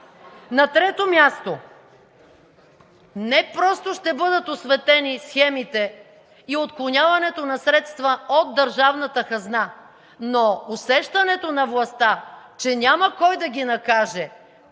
На трето място, не просто ще бъдат осветени схемите и отклоняването на средства от държавната хазна, но усещането на властта, че няма кой да ги накаже